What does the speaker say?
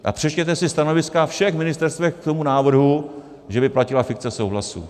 A přečtěte si stanoviska všech ministerstev k tomu návrhu, že by platila fikce souhlasu.